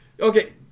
okay